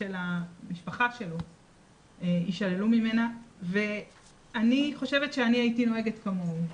של המשפחה שלו יישללו ממנה ואני חושבת שאני הייתי נוהגת כמוהו,